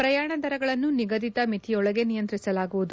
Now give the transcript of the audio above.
ಪ್ರಯಾಣ ದರಗಳನ್ನು ನಿಗದಿತ ಮಿತಿಯೊಳಗೆ ನಿಯಂತ್ರಿಸಲಾಗುವುದು